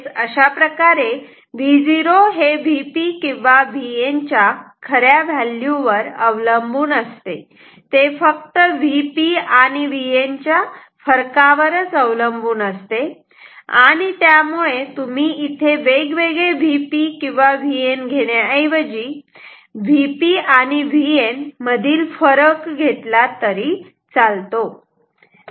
अशाप्रकारे V0 हे Vp किंवा Vn च्या खऱ्या व्हॅल्यू वर अवलंबून असते ते फक्त Vp आणि Vn च्या फरकावर अवलंबून असते आणि त्यामुळे तुम्ही इथे वेगवेगळे Vp किंवा Vn घेण्याऐवजी Vp आणि Vn मधील फरक घेतला तरी चालतो